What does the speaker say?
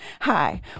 Hi